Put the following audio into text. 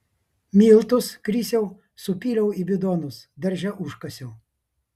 miltus krisiau supyliau į bidonus darže užkasiau